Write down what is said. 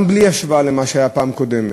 גם בלי השוואה למה שהיה בפעם הקודמת.